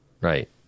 right